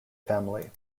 family